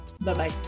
bye-bye